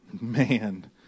Man